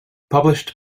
published